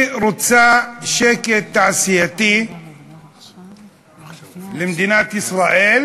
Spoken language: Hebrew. היא רוצה שקט תעשייתי למדינת ישראל